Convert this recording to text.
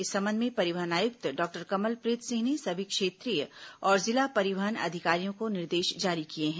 इस संबंध में परिवहन आयुक्त डॉक्टर कमलप्रीत सिंह ने सभी क्षेत्रीय और जिला परिवहन अधिकारियों को निर्देश जारी किए हैं